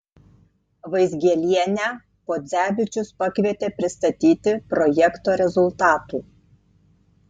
vaizgielienę podzevičius pakvietė pristatyti projekto rezultatų